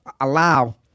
allow